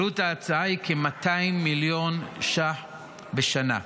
עלות ההצעה היא כ-200 מיליון ש"ח בשנה.